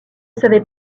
savait